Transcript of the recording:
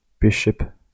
bishop